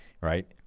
right